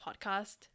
podcast